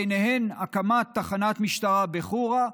ובהן הקמת תחנת משטרה בחורה,